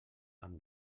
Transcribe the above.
amb